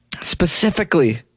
specifically